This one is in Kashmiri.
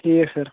ٹھیٖک سر